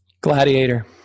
Gladiator